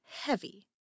heavy